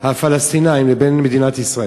בין הפלסטינים לבין מדינת ישראל?